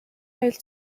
i’ll